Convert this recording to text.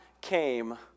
came